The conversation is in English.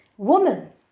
Woman